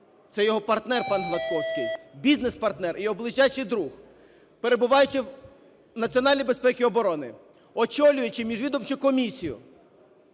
це його партнер панГладковський – бізнес-партнер, йогоближайший друг, перебуваючи в національної безпеки і оборони, очолюючи міжвідомчу комісію,